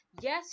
yes